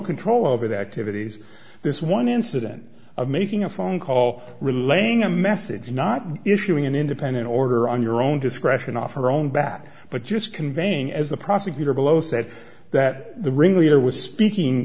control over the activities this one incident of making a phone call relaying a message not issuing an independent order on your own discretion off her own bat but just conveying as the prosecutor below said that the ringleader was speaking